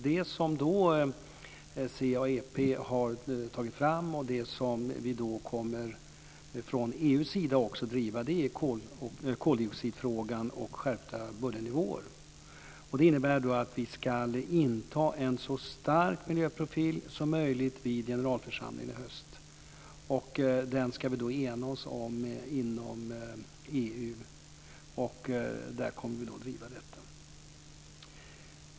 Det som CAEP har tagit fram och det som vi från EU:s sida också kommer att driva gäller koldioxidfrågan och skärpta bullernivåer. Det innebär att vi ska inta en så stark miljöprofil som möjligt vid generalförsamlingen i höst. Vi ska då ena oss om den inom EU. Där kommer vi då att driva detta.